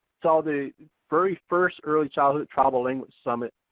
saw the very first early childhood tribal language summit,